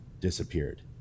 disappeared